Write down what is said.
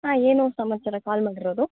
ಹಾಂ ಏನು ಸಮಸ್ಯೆ ಇದೆ ಕಾಲ್ ಮಾಡಿರೋದು